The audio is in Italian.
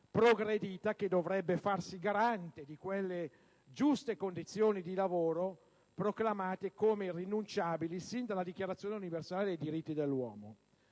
progredita, che dovrebbe farsi garante di quelle giuste condizioni di lavoro proclamate come irrinunciabili sin dalla Dichiarazione universale dei diritti dell'uomo.